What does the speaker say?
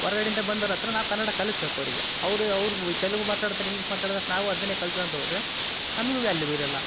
ಹೊರ್ಗಡಿಂದ ಬಂದೋರತ್ರ ನಾವು ಕನ್ನಡ ಕಲಿಸ್ಬೇಕ್ ಅವ್ರಿಗೆ ಅವರು ಅವರು ತೆಲುಗು ಮಾತಾಡ್ತಾರ್ ಇಂಗ್ಲೀಷ್ ಮಾತಾಡಕ್ಕೆ ನಾವು ಅದನ್ನೇ ಕಲ್ತ್ಗಂತ ಹೋದರೆ ನಮಗೂ ವ್ಯಾಲ್ಯೂವ್ ಇರೋಲ್ಲ